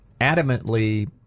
adamantly